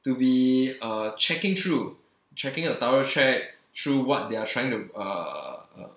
to be uh checking through checking a thorough check through what they're trying to uh